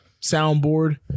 soundboard